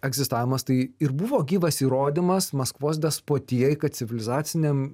egzistavimas tai ir buvo gyvas įrodymas maskvos despotijai kad civilizaciniam